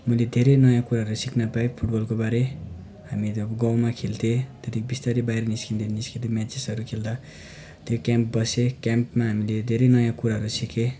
मैले धेरै नयाँ कुराहरू सिक्न पाएँ फुटबलको बारे हामीहरू गाउँमा खेल्थेँ त्यहाँदेखि बिस्तारै बाहिर निस्किँदै निस्किँदै मेचेसहरू खेल्दा त्यो क्याम्प बसेँ क्याम्पमा हामीले धेरै नयाँ कुराहरू सिकौँ